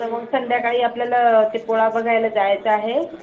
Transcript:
तर मग संध्याकाळी आपल्याला ते पोळा बघायला जायचं आहे